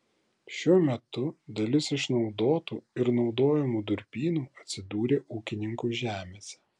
šiuo metu dalis išnaudotų ir naudojamų durpynų atsidūrė ūkininkų žemėse